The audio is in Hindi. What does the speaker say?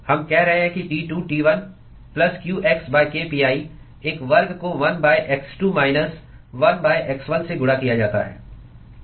हम कह रहे हैं कि T2 T1 plus qx k pi एक वर्ग को 1x2 माइनस 1 x 1 से गुणा किया जाता है